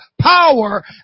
power